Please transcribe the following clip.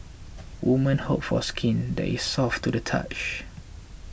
women hope for skin that is soft to the touch